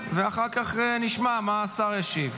ואחר כך נשמע מה השר ישיב.